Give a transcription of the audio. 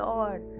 Lord